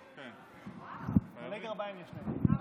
רק עכשיו גיליתי שבכל דובר מחליפים פה את הגרביים.